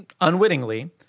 unwittingly